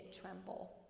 tremble